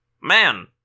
Man